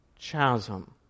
chasm